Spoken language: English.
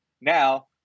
Now